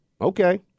okay